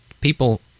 people